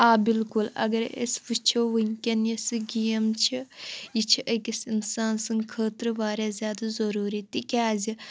آ بِلکُل اگرَے أسۍ وِچھو وٕنۍکٮ۪ن یُس یہِ گیم چھِ یہِ چھِ أکِس اِنسان سٕنٛدۍ خٲطرٕ واریاہ زیادٕ ضٔروٗری تِکیٛازِ